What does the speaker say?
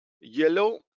yellow